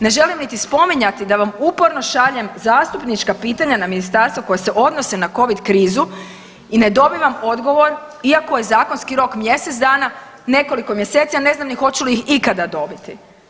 Ne želim niti spominjati da vam uporno šaljem zastupnička pitanja na ministarstvo koja se odnose na covid krizu i ne dobivam odgovor, iako je zakonski rok mjesec dana, nekoliko mjeseci, ja ne znam hoću li ih ikada dobiti.